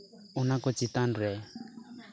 ᱚᱱᱟ ᱠᱚ ᱪᱮᱛᱟᱱ ᱨᱮ